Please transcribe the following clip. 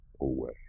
away